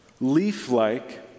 leaf-like